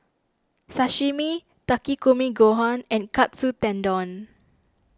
Sashimi Takikomi Gohan and Katsu Tendon